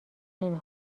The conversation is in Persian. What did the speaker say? نمی